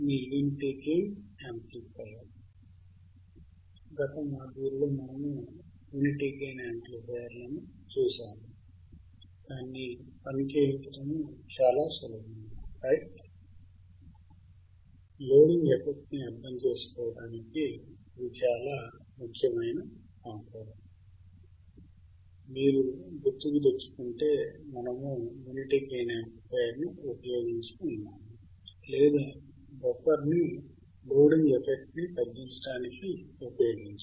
ఇక్కడ లోడింగ్ ప్రభావాన్ని తొలగించడానికి మనము యూనిటీ గెయిన్ యాంప్లిఫైయర్ లేదా బఫర్ను ఉపయోగించాము